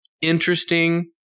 interesting